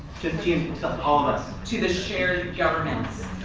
to and so all of us. to the shared governance